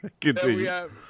Continue